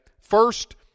First